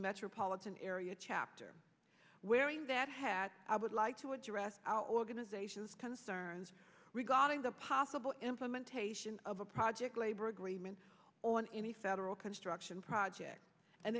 metropolitan area chapter wearing that hat i would like to address our organizations concerns regarding the possible implementation of a project labor agreements on any federal construction project and